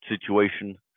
situation